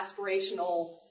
aspirational